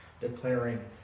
declaring